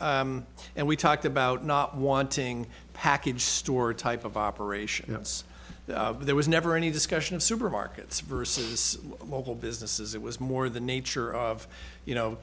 and we talked about not wanting a package store type of operation it's there was never any discussion of supermarkets versus local businesses it was more the nature of you know